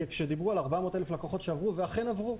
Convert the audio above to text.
כי כשדיברו על 400,000 לקוחות שעבר ואכן עברו,